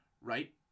right